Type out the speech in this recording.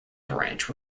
branch